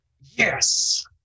Yes